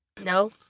No